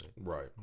Right